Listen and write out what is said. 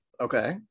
Okay